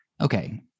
Okay